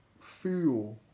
fuel